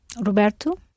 Roberto